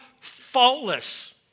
faultless